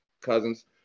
cousins